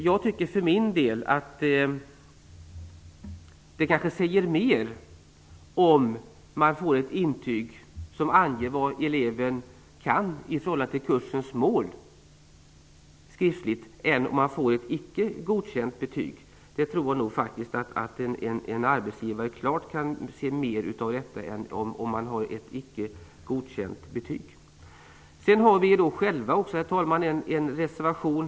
Jag för min del tycker kanske att det säger mer om eleverna får ett skriftlig intyg som anger vad de kan i förhållande till kursens mål än om de får ett icke godkänt betyg. En arbetsgivare kan nog få ut mer av detta än av ett icke godkänt betyg. Herr talman! Sedan har vi själva också en reservation.